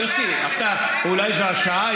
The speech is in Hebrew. אולי זאת השעה?